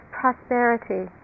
prosperity